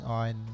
on